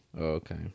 Okay